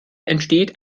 entsteht